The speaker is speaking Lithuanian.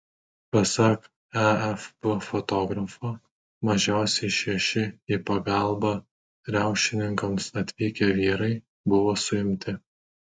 pasak afp fotografo mažiausiai šeši į pagalbą riaušininkams atvykę vyrai buvo suimti